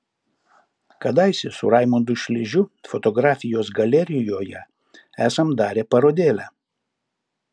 kadaise su raimundu sližiu fotografijos galerijoje esam darę parodėlę